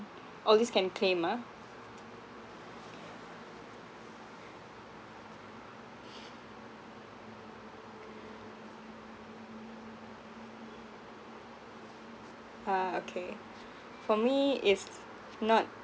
all these can claim ah ah okay for me it's not